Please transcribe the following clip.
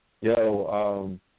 yo